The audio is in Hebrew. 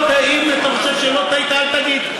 לא, לא, אם אתה חושב שלא טעית, אל תגיד.